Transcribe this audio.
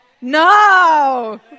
No